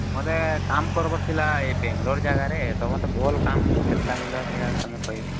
ମୋତେ କାମ୍ କର୍ବାର୍ ଥିଲା ଇ ବେଙ୍ଗ୍ଲୋର୍ ଜାଗାରେ ତ ମତେ ଭଲ୍ କାମ୍ କେନ୍ତା ମିଲ୍ବା ସେଟା ତମେ କହେବ